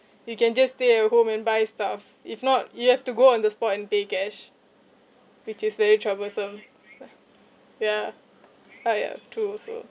you can just stay at home and buy stuff if not you have to go on the spot and pay cash which is very troublesome lah yeah ah ya true also